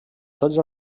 tots